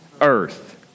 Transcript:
earth